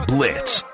Blitz